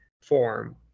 form